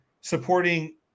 supporting